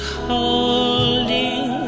holding